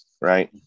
right